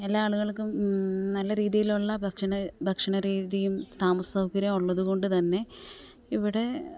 എല്ലാ ആളുകൾക്കും നല്ലരീതിയിലുള്ള ഭക്ഷണം ഭക്ഷണരീതിയും താമസം സൗകര്യം ഉള്ളത് കൊണ്ട് തന്നെ ഇവിടെ